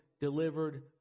delivered